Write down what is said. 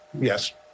yes